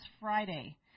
Friday